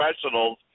professionals